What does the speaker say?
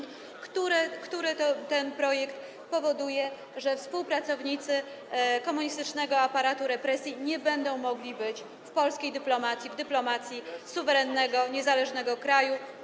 Ten projekt powoduje, że współpracownicy komunistycznego aparatu represji nie będą mogli być w polskiej dyplomacji, w dyplomacji suwerennego, niezależnego kraju.